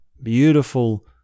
beautiful